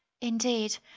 Indeed